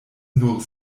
nur